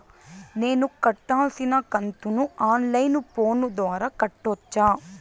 నేను కట్టాల్సిన కంతును ఆన్ లైను ఫోను ద్వారా కట్టొచ్చా?